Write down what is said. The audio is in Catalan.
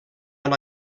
han